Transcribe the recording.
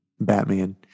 Batman